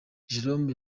jerome